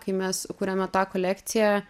kai mes kūrėme tą kolekciją